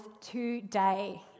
today